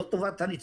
לא טובת הניצולים.